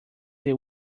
they